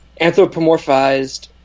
anthropomorphized